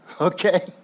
okay